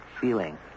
feeling